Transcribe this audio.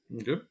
Okay